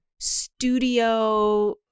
studio